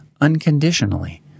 unconditionally